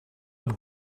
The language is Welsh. oedd